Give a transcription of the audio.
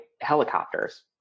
helicopters